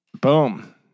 Boom